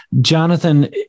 jonathan